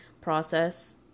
process